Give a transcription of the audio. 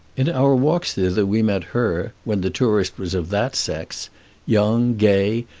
in our walks thither we met her when the tourist was of that sex young, gay,